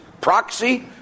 proxy